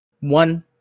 One